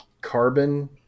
carbon